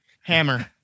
Hammer